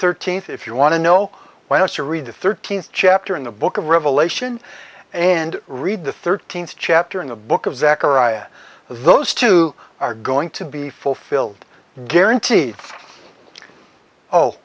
thirteenth if you want to know why don't you read the thirteenth chapter in the book of revelation and read the thirteenth chapter in the book of zechariah those two are going to be fulfilled guaranteed oh